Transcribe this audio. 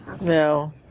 No